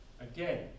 Again